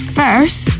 first